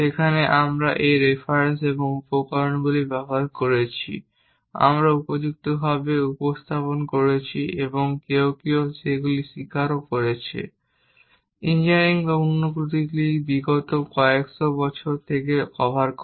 যেখানেই আমরা এই রেফারেন্স এবং উপকরণগুলি ব্যবহার করেছি আমরা উপযুক্তভাবে উপস্থাপন করেছি এবং কেউ কেউ সেগুলি স্বীকারও করেছি। ইঞ্জিনিয়ারিং অনুশীলনগুলি বিগত কয়েকশ বছর থেকে কভার করে